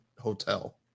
hotel